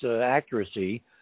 accuracy